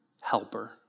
helper